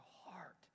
heart